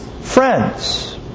friends